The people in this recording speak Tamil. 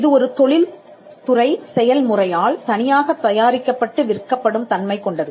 இது ஒரு தொழில்துறை செயல் முறையால் தனியாகத் தயாரிக்கப்பட்டு விற்கப்படும் தன்மை கொண்டது